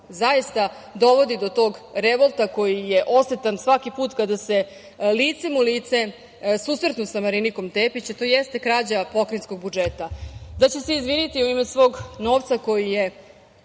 zaista dovodi do tog revolta koji je osetan svaki put kada se licem u lice susretnu sa Marinikom Tepić, a to jeste krađa pokrajinskog budžeta. Da će se izviniti u ime svog novca koji je